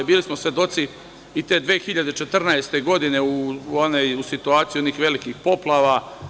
Bili smo svedoci i te 2014. godine u situaciji onih velikih poplava.